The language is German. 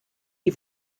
die